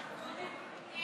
המכרזים (תיקון,